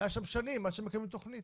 זה היה שם שנים עד שמקדמים תכנית.